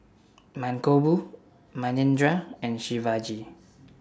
Mankombu Manindra and Shivaji